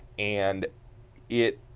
and it